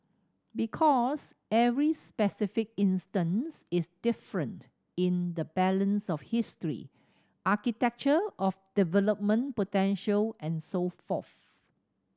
because every specific instance is different in the balance of history architecture of development potential and so forth